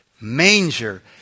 manger